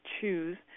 choose